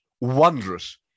wondrous